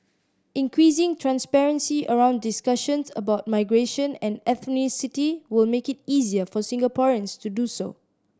increasing transparency around discussions about migration and ethnicity will make it easier for Singaporeans to do so